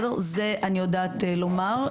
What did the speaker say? את זה אני יודעת לומר.